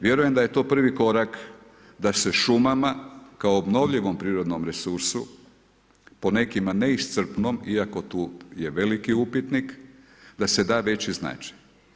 Vjerujem da je to prvi korak da se šumama kao obnovljivom prirodnom resursu po nekim ne iscrpnom, iako je tu veliki upitnik da se da već značaj.